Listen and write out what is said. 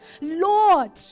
Lord